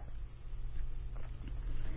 भांडूप दुर्घटना